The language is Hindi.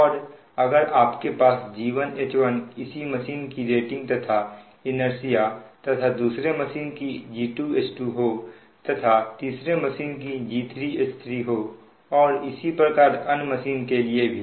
और अगर आपके पास G1 H1 इस मशीन की रेटिंग तथा इनेर्सिया तथा दूसरे मशीन की G2 H2 हो तथा तीसरे मशीन की G3 H3 हो और इसी प्रकार अन्य मशीन के लिए भी